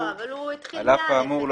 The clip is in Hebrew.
על אף האמור בסעיף זה,